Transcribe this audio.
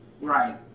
right